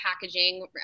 packaging